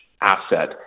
asset